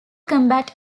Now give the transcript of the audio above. combat